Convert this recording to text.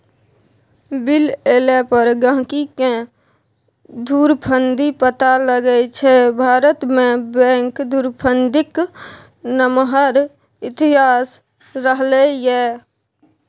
bill एला पर गहिंकीकेँ धुरफंदी पता लगै छै भारतमे बैंक धुरफंदीक नमहर इतिहास रहलै यै